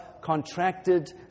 contracted